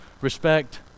respect